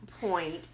point